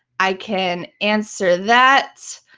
i can answer that.